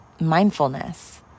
mindfulness